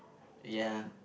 ya